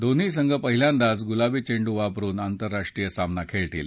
दोन्ही संघ पहिल्यांदाच गुलाबी चेंडू वापरुन आंतरराष्ट्रीय सामना खेळतील